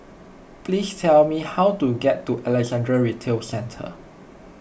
please tell me how to get to Alexandra Retail Centre